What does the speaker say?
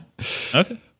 Okay